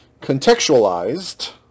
contextualized